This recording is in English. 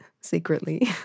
secretly